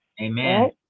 Amen